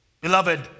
Beloved